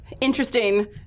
interesting